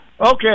Okay